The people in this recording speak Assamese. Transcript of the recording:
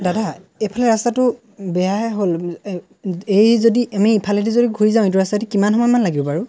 দাদা এইফালে ৰাস্তাটো বেয়াই হ'ল এই যদি আমি ইফালেদি যদি ঘূৰি যাওঁ এইটো ৰাস্তায়েদি কিমান সময়মান লাগিব বাৰু